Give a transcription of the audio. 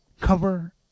cover